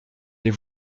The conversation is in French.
les